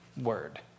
word